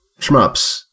shmups